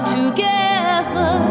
together